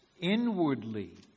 inwardly